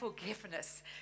forgiveness